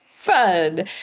Fun